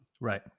right